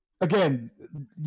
Again